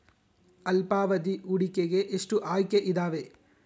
ಅಲ್ಪಾವಧಿ ಹೂಡಿಕೆಗೆ ಎಷ್ಟು ಆಯ್ಕೆ ಇದಾವೇ?